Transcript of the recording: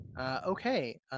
Okay